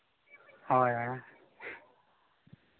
ᱦᱳᱭ